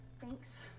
Thanks